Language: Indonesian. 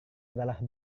adalah